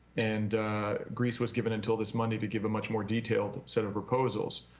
and greece was given until this monday to give a much more detailed set of proposals.